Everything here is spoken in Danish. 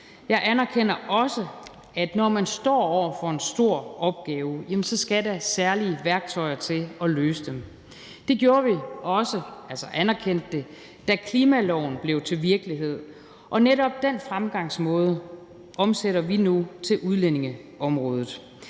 Jeg anerkender også, at når man står over for en stor opgave, skal der særlige værktøjer til at løse den. Det gjorde vi også, altså anerkendte det, da klimaloven blev til virkelighed. Og netop den fremgangsmåde omsætter vi nu til udlændingeområdet.